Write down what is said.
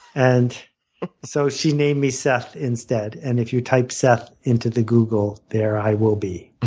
and so she named me seth instead. and if you type seth into the google, there i will be.